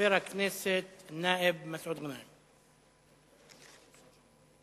חבר הכנסת מסעוד גנאים, בבקשה.